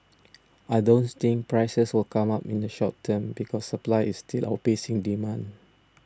I don't think prices will come up in the short term because supply is still outpacing demand